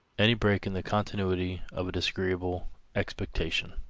any break in the continuity of a disagreeable expectation.